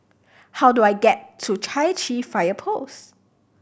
how do I get to Chai Chee Fire Post